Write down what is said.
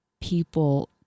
people